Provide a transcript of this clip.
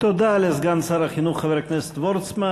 תודה לסגן שר החינוך חבר הכנסת וורצמן.